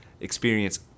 experience